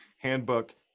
handbook